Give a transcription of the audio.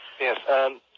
Yes